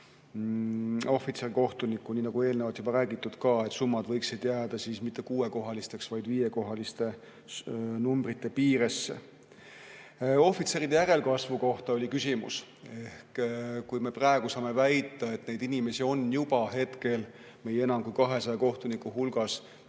ohvitserkohtunikku, nii nagu eelnevalt juba räägitud. Ja summad võiksid jääda mitte kuuekohaliseks, vaid viiekohaliste numbrite piiresse. Ohvitseride järelkasvu kohta oli küsimus. Praegu me saame väita, et neid inimesi on hetkel meie enam kui 200 kohtuniku hulgas